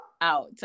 out